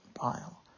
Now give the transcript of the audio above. bile